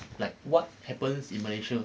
like what happens in malaysia